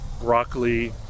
broccoli